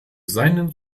seinen